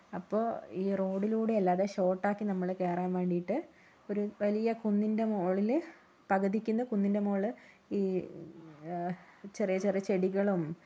അപ്പൊൾ ഈ റോഡിലൂടെ അല്ലാതെ ഷോർട്ടാക്കി നമ്മള് കേറാൻ വേണ്ടിട്ട് ഒരു വലിയ കുന്നിൻ്റെ മുകളില് പകുതിക്കു കുന്നിൻ്റെ മുകള് ഈ ചെറിയ ചെറിയ ചെടികളും